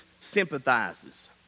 sympathizes